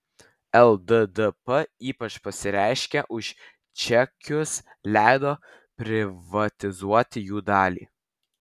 lddp ypač pasireiškė už čekius leido privatizuoti jų dalį